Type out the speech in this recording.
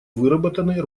выработаны